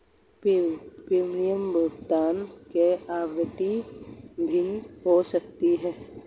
premium भुगतान की आवृत्ति भिन्न हो सकती है